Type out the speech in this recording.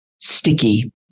sticky